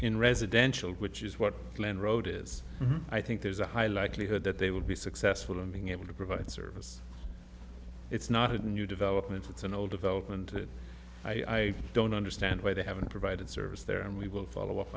in residential which is what glen wrote is i think there's a high likelihood that they will be successful in being able to provide service it's not a new development it's an old development i don't understand why they haven't provided service there and we will follow up